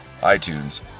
iTunes